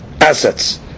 assets